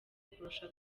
kurusha